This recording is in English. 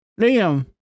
Liam